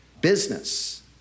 business